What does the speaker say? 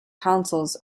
councils